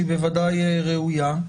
שהיא בוודאי ראויה.